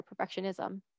perfectionism